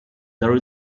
there